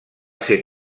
ser